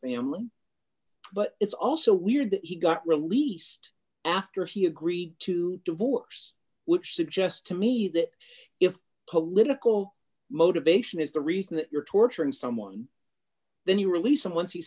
family but it's also weird that he got released after he agree to divorce which suggests to me that if political motivation is the reason that you're torturing someone then you release him once he